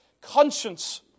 conscience